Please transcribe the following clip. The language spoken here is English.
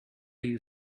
you